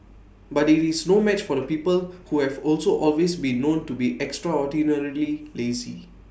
but IT is no match for the people who have also always been known to be extraordinarily lazy